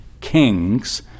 kings